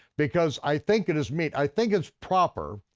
because i think it is mete, i think it's proper,